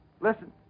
Listen